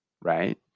Right